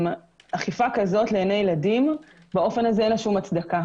אכיפה כזו לעיני ילדים באופן הזה אין לה שום הצדקה.